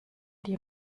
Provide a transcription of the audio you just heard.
dir